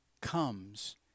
comes